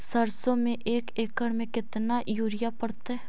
सरसों में एक एकड़ मे केतना युरिया पड़तै?